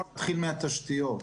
נתחיל מהתשתית.